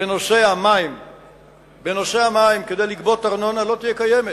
בנושא המים כדי לגבות ארנונה, לא תהיה קיימת,